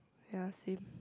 ya same